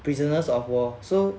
prisoners of war so